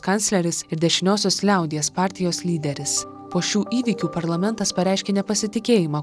kancleris ir dešiniosios liaudies partijos lyderis po šių įvykių parlamentas pareiškė nepasitikėjimą